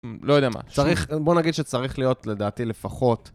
לא יודע מה, צריך, בוא נגיד שצריך להיות לדעתי לפחות